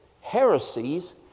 Heresies